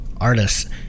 artists